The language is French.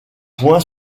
point